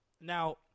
Now